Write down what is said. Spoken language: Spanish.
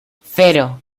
cero